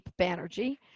Banerjee